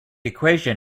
equation